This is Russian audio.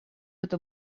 это